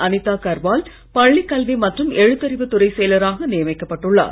அனிதா கர்வால் பள்ளிக் கல்வி மற்றும் எழுத்தறிவுத் துறை செயலராக நியமிக்கப் பட்டுள்ளார்